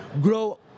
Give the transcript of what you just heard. grow